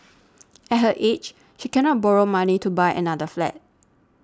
at her age she cannot borrow money to buy another flat